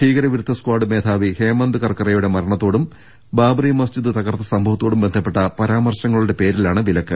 ഭീകരവിരുദ്ധ സ്കാഡ് മേധാവി ഹേമന്ദ് കർക്കറെയുടെ മരണത്തോടും ബാബ്റി മസ്ജിദ് തകർത്ത സംഭവത്തോടും ബന്ധപ്പെട്ട പരാമർശങ്ങളുടെ പേരിലാണ് വിലക്ക്